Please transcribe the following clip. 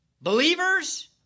believers